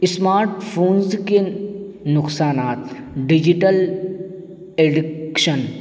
smart phones کے نقصانات digital addiction